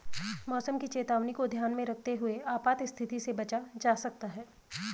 मौसम की चेतावनी को ध्यान में रखते हुए आपात स्थिति से बचा जा सकता है